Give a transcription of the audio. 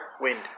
Wind